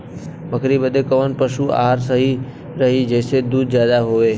बकरी बदे कवन पशु आहार सही रही जेसे दूध ज्यादा होवे?